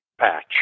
patch